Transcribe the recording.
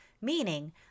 meaning